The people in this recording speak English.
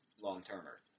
long-termer